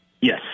Yes